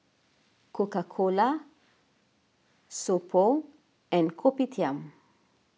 Coca Cola So Pho and Kopitiam